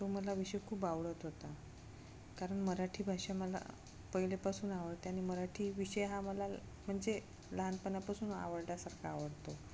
तो मला विषय खूप आवडत होता कारण मराठी भाषा मला पहिल्यापासून आवडते आणि मराठी विषय हा मला म्हणजे लहानपणापासून आवडल्यासारखा आवडतो